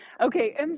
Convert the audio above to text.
Okay